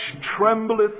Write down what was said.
trembleth